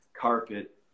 carpet